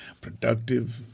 productive